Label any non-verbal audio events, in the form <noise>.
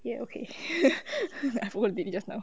ya okay <laughs> I forgot to delete just now